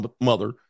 mother